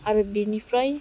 आरो बिनिफ्राय